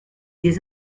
des